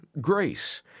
grace